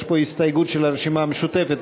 יש פה הסתייגות של הרשימה המשותפת,